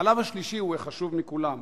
הלאו השלישי הוא החשוב מכולם.